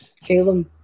caleb